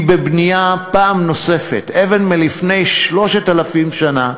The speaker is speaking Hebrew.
היא בבנייה פעם נוספת, אבן מלפני 3,000 שנה,